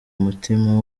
mutima